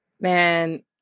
Man